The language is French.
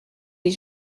les